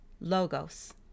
logos